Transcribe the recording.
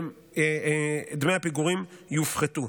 דמי הפיגורים יופחתו.